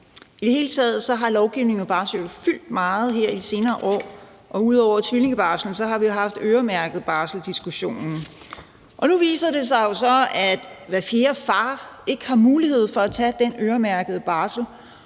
I det hele taget har lovgivning om barsel jo fyldt meget her i de senere år. Ud over diskussionen om tvillingebarsel har vi jo haft diskussionen om øremærket barsel. Nu viser det sig jo så, at hver fjerde far ikke har mulighed for at tage den øremærkede barsel,